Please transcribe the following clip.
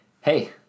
Hey